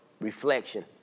reflection